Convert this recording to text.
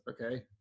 Okay